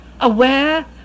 aware